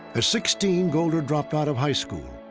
at sixteen, golder dropped out of high school.